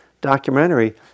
documentary